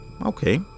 Okay